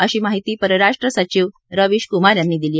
अशी माहिती परराष्ट्र सचिव रवीश कुमार यांनी दिली